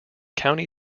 county